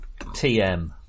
Tm